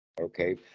okay